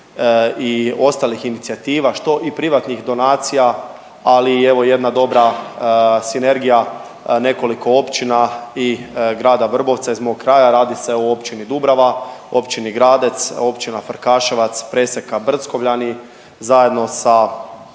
i ostalih inicijativa, što i privatnih donacija, ali evo i jedna dobra sinergija nekoliko općina i grada Vrbovca iz mog kraja, radi se o općini Dubrava, općini Gradec, općina Farkaševac, Preseka, Brckovljani, zajedno sa